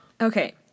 Okay